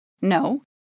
No